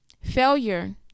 Failure